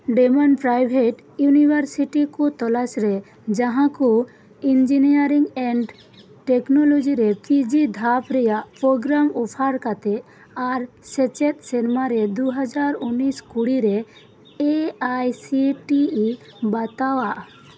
ᱰᱮᱢᱚᱱ private university ᱠᱚ ᱛᱚᱞᱟᱥ ᱨᱮ ᱡᱟᱦᱟᱸ ᱠᱚ ᱤᱧᱡᱤᱱᱤᱭᱟᱨᱤᱝ ᱮᱱᱰ ᱴᱮᱹᱠᱱᱳᱞᱳᱡᱤ ᱨᱮ ᱯᱤᱡᱤ ᱫᱷᱟᱯ ᱨᱮᱭᱟᱜ ᱯᱨᱳᱜᱨᱟᱢ ᱚᱯᱷᱟᱨ ᱠᱟᱛᱮᱜ ᱟᱨ ᱥᱮᱪᱮᱫ ᱥᱮᱨᱢᱟᱨᱮ ᱫᱩ ᱦᱟᱡᱟᱨ ᱩᱱᱱᱤᱥ ᱠᱩᱲᱤ ᱨᱮ A I C T E ᱵᱟᱛᱟᱣᱟᱜ